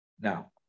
Now